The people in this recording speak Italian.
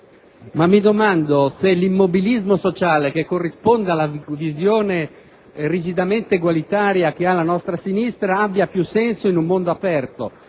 Ma mi domando se l'immobilismo sociale, che corrisponde alla visione rigidamente egualitaria della nostra sinistra, abbia più senso in un mondo aperto.